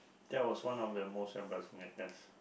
that was one of the most embarrassing I guess